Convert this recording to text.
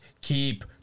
keep